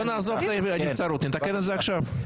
בואו נעזוב את הנבצרות, נתקן את זה עכשיו.